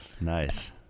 nice